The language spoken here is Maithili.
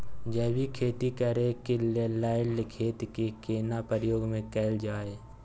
जैविक खेती करेक लैल खेत के केना प्रयोग में कैल जाय?